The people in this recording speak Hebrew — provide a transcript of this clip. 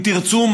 אם תרצו,